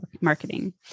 marketing